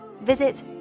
Visit